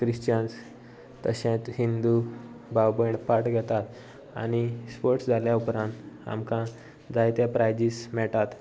Christians तशेंच हिंदू भाव भयण पाट घेतात आनी स्पोर्ट्स जाल्या उपरांत आमकां जायते प्रायजीस मेळटात